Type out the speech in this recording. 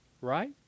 right